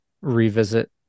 revisit